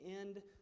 end